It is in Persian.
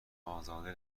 ازاده